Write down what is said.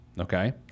okay